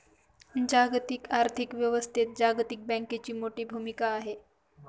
जागतिक आर्थिक व्यवस्थेत जागतिक बँकेची मोठी भूमिका आहे